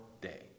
day